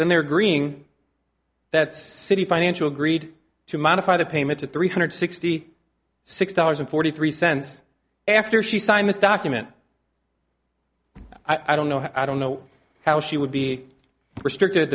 then there greening that city financial agreed to modify the payment to three hundred sixty six dollars and forty three cents after she signed this document i don't know i don't know how she would be restricted